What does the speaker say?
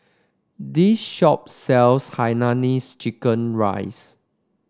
this shop sells Hainanese Chicken Rice